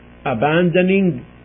abandoning